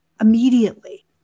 immediately